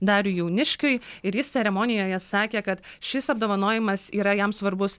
dariui jauniškiui ir jis ceremonijoje sakė kad šis apdovanojimas yra jam svarbus